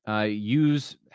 Use